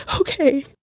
okay